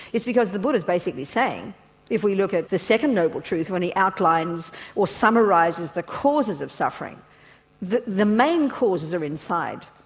it's because the buddha is basically saying if we look at the second noble truth when he outlines or summarises the causes of suffering the the main causes are inside,